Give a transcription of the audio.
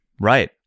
Right